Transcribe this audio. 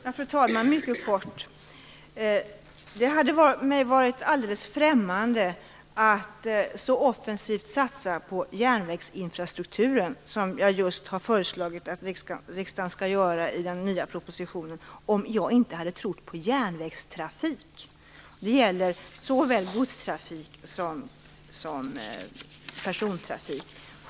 Fru talman! Låt mig säga en sak mycket kort. I den nya propositionen har jag just föreslagit att riksdagen skall satsa offensivt på järnvägsinfrastrukturen. Det hade varit mig alldeles främmande att göra så om jag inte hade trott på järnvägstrafik. Det gäller såväl godstrafik som persontrafik.